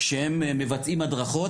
שהם מבצעים הדרכות,